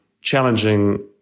challenging